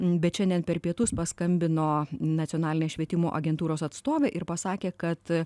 bet šiandien per pietus paskambino nacionalinės švietimo agentūros atstovė ir pasakė kad